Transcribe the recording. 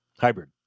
Hybrid